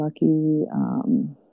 lucky